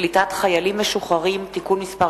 קליטת חיילים משוחררים (תיקון מס'